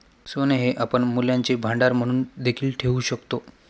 सोने हे आपण मूल्यांचे भांडार म्हणून देखील ठेवू शकतो